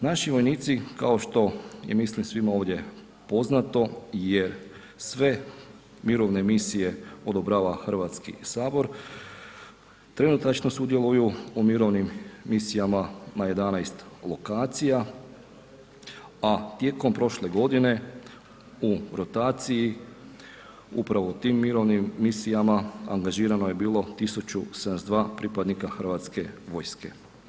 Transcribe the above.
Naši vojnici kao što je mislim svima ovdje poznato jer sve mirovne misije odobrava Hrvatski sabor trenutačno sudjeluju u mirovnim misijama na 11 lokacija, a tijekom prošle godine u rotaciji upravo u tim mirovnim misijama angažirano je bilo 1.072 pripadnika Hrvatske vojske.